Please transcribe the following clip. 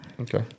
Okay